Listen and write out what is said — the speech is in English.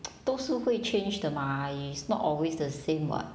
都是会 change 的 mah is not always the same [what]